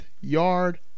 yard